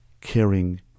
caring